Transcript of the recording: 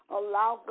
allow